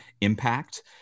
impact